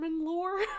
lore